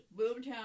boomtown